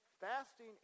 fasting